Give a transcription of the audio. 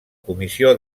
comissió